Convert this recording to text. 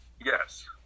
Yes